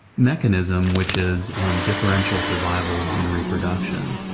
mechanism, which is differential survival and reproduction.